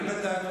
תודה,